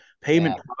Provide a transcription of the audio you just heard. payment